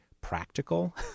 practical